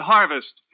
Harvest